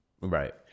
right